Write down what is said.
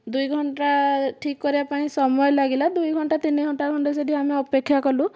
ଦୁଇ ଘଣ୍ଟା ଠିକ କରିବା ପାଇଁ ସମୟ ଲାଗିଲା ଦୁଇ ଘଣ୍ଟା ତିନି ଘଣ୍ଟା ଖଣ୍ଡେ ସେଠି ଆମେ ଅପେକ୍ଷା କଲୁ